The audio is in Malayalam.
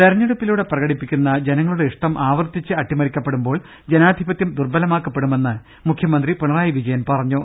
തെരഞ്ഞെടുപ്പിലൂടെ പ്രകടിപ്പിക്കുന്ന ജനങ്ങളുടെ ഇഷ്ടം ആ വർത്തിച്ച് അട്ടിമറിക്കപ്പെടുമ്പോൾ ജനാധിപത്യം ദുർബലമാക്കപ്പെടുമെന്ന് മുഖ്യമന്ത്രി പിണറായി വിജയൻ പറഞ്ഞു